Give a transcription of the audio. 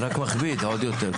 זה רק מכביד עוד יותר,